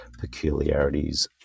peculiarities